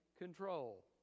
control